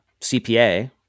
CPA